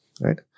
Right